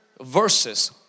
verses